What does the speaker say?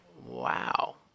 wow